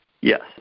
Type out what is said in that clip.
yes